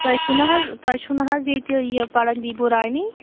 تۄہہِ چھُو نا حظ تۄہہِ چھُو نا حظ ییٚتہِ یہِ پَرن دیٖبوٗ رانی